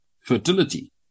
fertility